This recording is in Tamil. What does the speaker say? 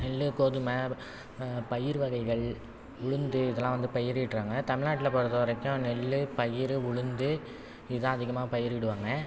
நெல் கோதுமை பயிர் வகைகள் உளுந்து இதெல்லாம் வந்து பயிரிடுகிறாங்க தமிழ்நாட்டில் பொறுத்தவரைக்கும் நெல் பயிர் உளுந்து இதான் அதிகமாக பயிரிடுவாங்க